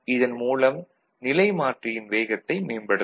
இதன் மூலம் நிலைமாற்றியின் வேகத்தை மேம்படுத்தும்